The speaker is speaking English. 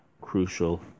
crucial